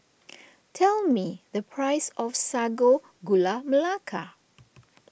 tell me the price of Sago Gula Melaka